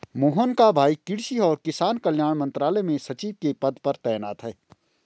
मोहन का भाई कृषि और किसान कल्याण मंत्रालय में सचिव के पद पर तैनात है